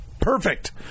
Perfect